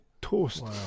toast